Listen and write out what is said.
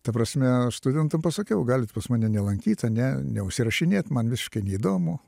ta prasme aš studentam pasakiau galit pas mane nelankyt ne neužsirašinėt man visiškai neįdomu